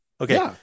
Okay